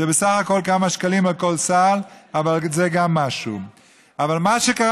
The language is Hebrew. זה בסך הכול כמה שקלים לכל סל,